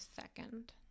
second